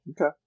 okay